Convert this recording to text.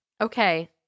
Okay